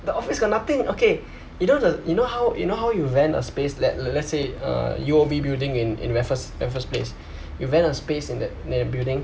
the office got nothing okay you know the you know how you know how you rent a space let let's say uh U_O_B building in raffles raffles place you rent a space in that that building